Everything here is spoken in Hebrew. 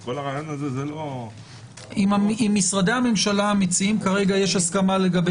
עם משרדי הממשלה המציעים יש הסכמה לגבי